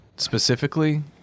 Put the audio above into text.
specifically